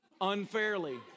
unfairly